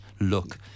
look